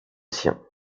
sien